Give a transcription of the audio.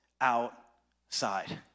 outside